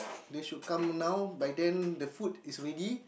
they should come now by then the food is ready